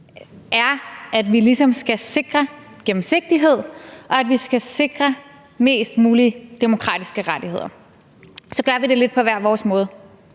er, at vi ligesom skal sikre gennemsigtighed, og at vi skal sikre flest mulige demokratiske rettigheder. Så gør vi det lidt på hver vores måde;